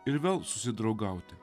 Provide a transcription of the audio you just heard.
ir vėl susidraugauti